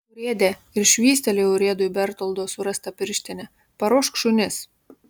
urėde ir švystelėjo urėdui bertoldo surastą pirštinę paruošk šunis